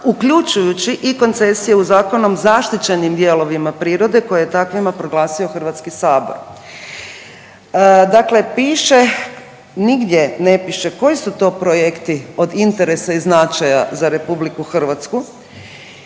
uključujući i koncesije u zakonom zaštićenim dijelovima prirode koje je takvima proglasio Hrvatski sabor bez da je uopće jasno koji su i kakvi su to projekti od interesa i značaja. Oni uopće nisu